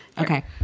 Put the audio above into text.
Okay